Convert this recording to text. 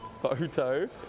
photo